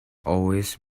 always